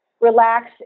relax